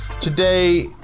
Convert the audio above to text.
Today